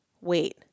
wait